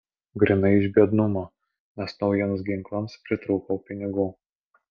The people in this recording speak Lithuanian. grynai iš biednumo nes naujiems ginklams pritrūkau pinigų